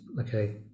okay